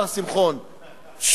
השר שמחון,